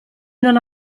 non